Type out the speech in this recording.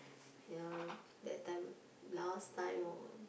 ya that time last time